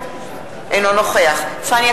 אינו נוכח פניה